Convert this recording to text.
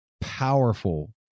powerful